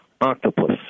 Octopus